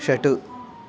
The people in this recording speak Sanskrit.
षट्